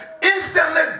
instantly